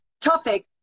topic